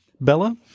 Bella